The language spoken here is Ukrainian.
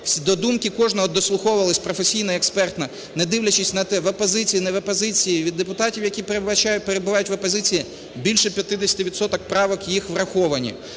до думки кожного дослуховувались професійно і експертно, недивлячись на те, в опозиції, не в опозиції, від депутатів, які перебувають в опозиції, більше 50 відсотків право їх враховані.